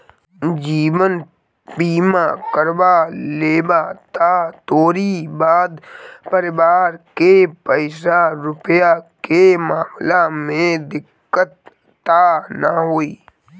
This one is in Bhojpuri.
जीवन बीमा करवा लेबअ त तोहरी बाद परिवार के पईसा रूपया के मामला में दिक्कत तअ नाइ होई